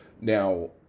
Now